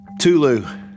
Tulu